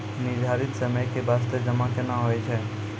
निर्धारित समय के बास्ते जमा केना होय छै?